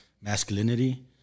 masculinity